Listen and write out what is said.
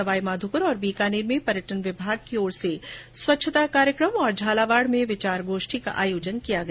सवाईमाधोपूर और बीकानेर में पर्यटन विभाग की ओर से स्वच्छता कार्यक्रम और झालावाड़ में विचार गोष्ठी का आयोजन े किया गया